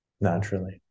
naturally